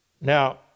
Now